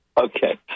Okay